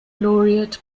laureate